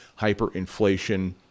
hyperinflation